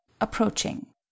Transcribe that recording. Approaching